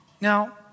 Now